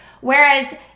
Whereas